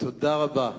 תודה רבה.